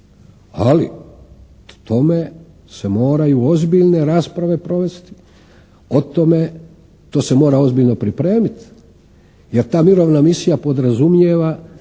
ali o tome se moraju ozbiljne rasprave provesti, o tome, to se mora ozbiljno pripremiti. Jer ta mirovna misija podrazumijeva